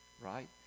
right